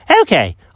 Okay